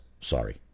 Sorry